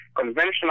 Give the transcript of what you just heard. conventional